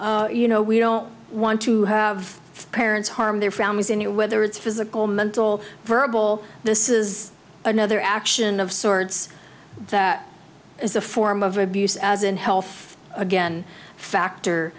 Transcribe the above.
you know we don't want to have parents harm their families in it whether it's physical mental verbal this is another action of sorts that is a form of abuse as in health again factor